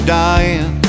dying